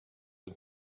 and